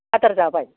आदार जाबाय